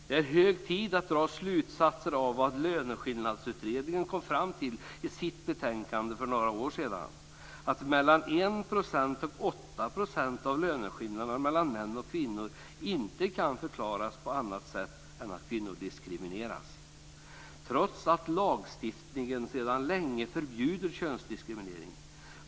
Det är hög tid att dra slutsatser av vad Löneskillnadsutredningen kom fram till i sitt betänkande för några år sedan; att mellan 1 % och 8 % av löneskillnaderna mellan män och kvinnor inte kan förklaras på annat sätt än att kvinnor diskrimineras - trots att lagstiftningen sedan länge förbjuder könsdiskriminering.